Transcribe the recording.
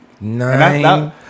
Nine